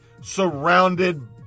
surrounded